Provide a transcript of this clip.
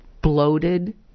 bloated